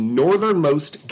northernmost